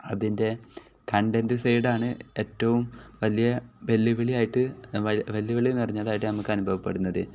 അതിൻ്റെ കണ്ടൻറ് സൈഡാണ് ഏറ്റവും വലിയ വെല്ലുവിളിയായിട്ട് വെല്ലുവിളി നിറഞ്ഞതായിട്ട് നമുക്ക് അനുഭവപ്പെടുന്നത്